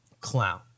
Clown